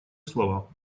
слова